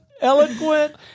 eloquent